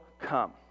come